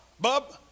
bub